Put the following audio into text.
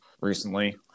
recently